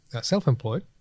self-employed